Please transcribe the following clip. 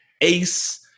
Ace